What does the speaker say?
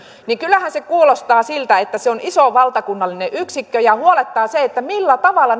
niin kyllähän se kuulostaa siltä että se on iso valtakunnallinen yksikkö ja huolettaa se millä tavalla